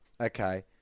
Okay